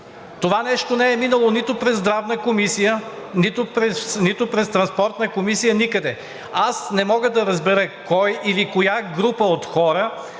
Това нещо не е минало нито през Здравната комисия, нито през Транспортната комисия, никъде. Аз не мога да разбера кой или коя група от хора